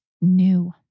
new